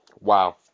Wow